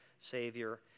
Savior